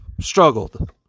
struggled